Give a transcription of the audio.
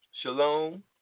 Shalom